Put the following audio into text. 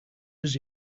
does